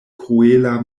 kruela